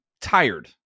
tired